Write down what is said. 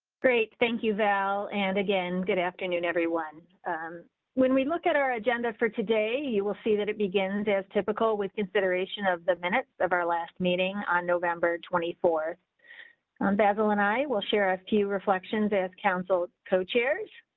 great thank you val. and again good afternoon everyone when we look at our agenda for today, you will see that. it begins as typical with consideration of the minutes of our last meeting on november, twenty four basil, and i will share a few reflections as council co chairs.